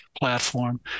platform